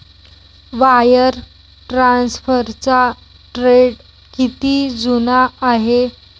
Wire ट्रान्सफरचा trend किती जुना आहे?